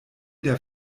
der